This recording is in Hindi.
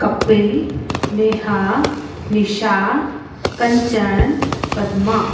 कपिल नेहा निशा कंचन पद्मा